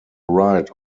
right